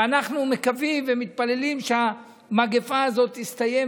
ואנחנו מקווים ומתפללים שהמגפה הזאת תסתיים,